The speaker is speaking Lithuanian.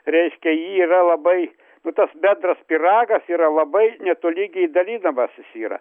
reiškia ji yra labai nu tas bendras pyragas yra labai netolygiai dalinamas jis yra